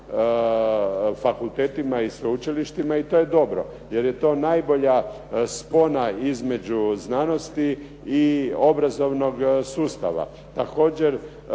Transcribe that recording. fakultetima i sveučilištima i to je dobro jer je to najbolja spona između znanosti i obrazovnog sustava.